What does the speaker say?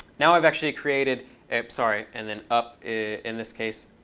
now i've actually created sorry, and an up in this case.